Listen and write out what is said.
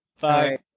Bye